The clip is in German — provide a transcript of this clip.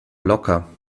locker